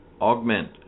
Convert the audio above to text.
augment